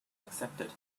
accepted